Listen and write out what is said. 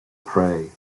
prey